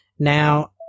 Now